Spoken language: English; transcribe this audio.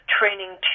Training